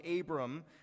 Abram